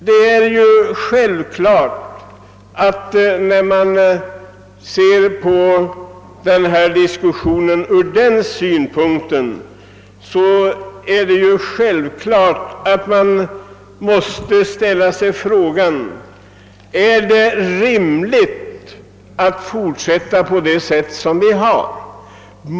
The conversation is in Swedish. Om man ser den här diskussionen ur den synpunkten är det självklart att man måste ställa sig frågan: Är det rimligt att fortsätta på detta vis?